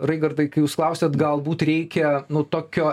raigardai kai jūs klausėt galbūt reikia nu tokio